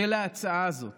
ההצעה הזאת